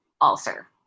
ulcer